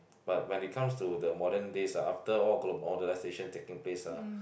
but but they comes to the modern days ah after all globalization taking place ah